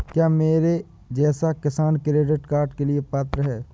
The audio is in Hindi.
क्या मेरे जैसा किसान किसान क्रेडिट कार्ड के लिए पात्र है?